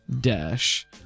dash